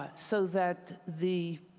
that so that the